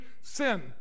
Sin